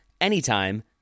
anytime